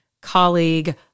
colleague